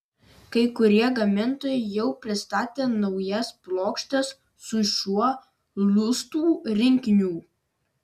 kai kurie gamintojai jau pristatė naujas plokštes su šiuo lustų rinkiniu